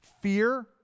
fear